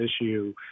issue